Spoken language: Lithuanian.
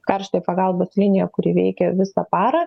karštąją pagalbos liniją kuri veikia visą parą